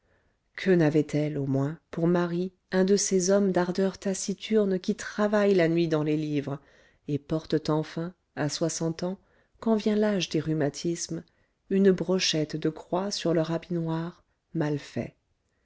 que n'avait-elle au moins pour mari un de ces hommes d'ardeurs taciturnes qui travaillent la nuit dans les livres et portent enfin à soixante ans quand vient l'âge des rhumatismes une brochette de croix sur leur habit noir mal fait